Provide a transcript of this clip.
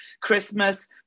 Christmas